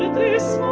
this